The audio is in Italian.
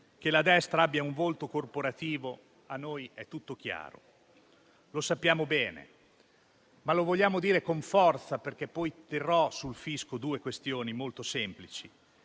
che la destra abbia un volto corporativo a noi è chiaro, lo sappiamo bene. Ma lo vogliamo dire con forza, perché poi sottolineerò sul fisco due questioni molto semplici.